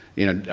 you know,